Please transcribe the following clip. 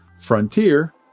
Frontier